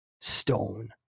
Stone